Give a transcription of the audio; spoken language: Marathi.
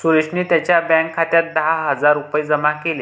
सुरेशने त्यांच्या बँक खात्यात दहा हजार रुपये जमा केले